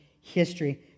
history